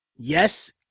Yes